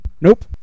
Nope